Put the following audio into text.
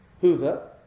Hoover